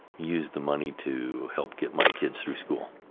use the money to help get my kids through school.